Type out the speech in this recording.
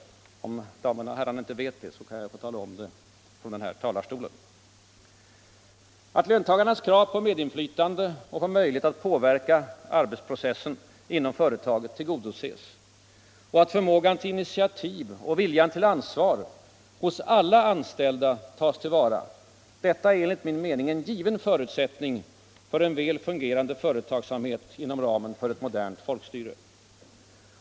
Om damerna och herrarna inte vet det, kan jag tala om det från denna talarstol. Att löntagarnas krav på medinflytande och möjlighet att påverka arbetsprocessen inom företaget tillgodoses och att förmågan till initiativ och viljan till ansvar hos alla anställda tas till vara är enligt min mening en given förutsättning för en väl fungerande företagsamhet inom ramen för ett modernt folkstyre.